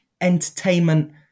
entertainment